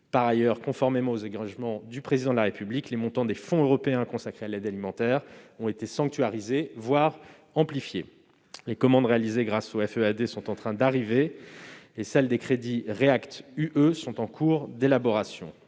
Par ailleurs, conformément aux engagements du Président de la République, les montants des fonds européens consacrés à l'aide alimentaire ont été sanctuarisés, voire augmentés. Les commandes réalisées grâce au FEAD sont en train d'arriver et celles qui ont été effectuées au moyen des crédits React-UE sont en cours d'élaboration.